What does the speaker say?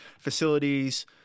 facilities